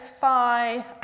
phi